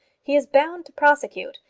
he is bound to prosecute,